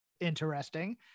Interesting